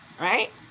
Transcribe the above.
right